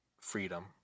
freedom